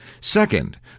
Second